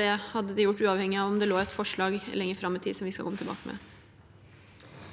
Det hadde de gjort uavhengig av om det lå et forslag lenger fram i tid som vi skal komme tilbake med.